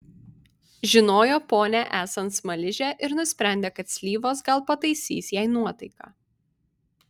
žinojo ponią esant smaližę ir nusprendė kad slyvos gal pataisys jai nuotaiką